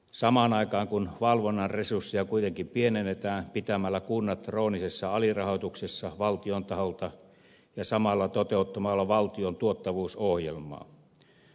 samaan aikaan valvonnan resursseja kuitenkin pienennetään pitämällä kunnat kroonisessa alirahoituksessa valtion taholta ja samalla toteuttamalla valtion tuottavuusohjelmaa